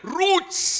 roots